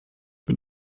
bin